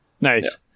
Nice